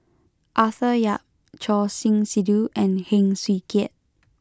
Arthur Yap Choor Singh Sidhu and Heng Swee Keat